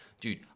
dude